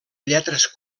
lletres